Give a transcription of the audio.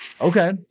Okay